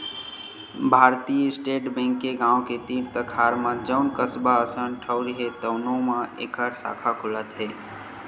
भारतीय state bank के गाँव के तीर तखार म जउन कस्बा असन ठउर हे तउनो म एखर साखा खुलत हे